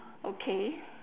okay